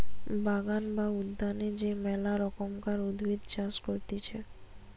বাগান বা উদ্যানে যে মেলা রকমকার উদ্ভিদের চাষ করতিছে